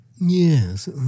Yes